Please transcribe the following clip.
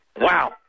Wow